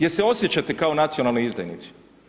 Jel se osjećate kao nacionalni izdajnici?